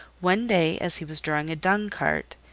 one day, as he was drawing a dung-cart,